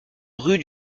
rue